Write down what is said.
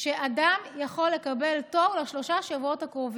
אדם יכול לקבל תור לשלושת השבועות הקרובים.